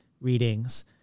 readings